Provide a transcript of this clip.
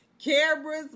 cameras